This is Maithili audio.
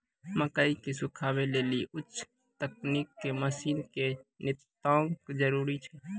मकई के सुखावे लेली उच्च तकनीक के मसीन के नितांत जरूरी छैय?